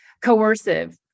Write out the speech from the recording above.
coercive